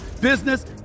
business